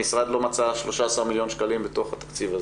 המשרד לא מצא 13 מיליון שקלים בתוך התקציב הזה.